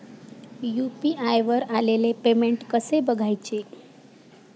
UPI वर आलेले payment कसे बघायचे?